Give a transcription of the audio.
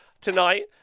tonight